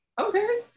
Okay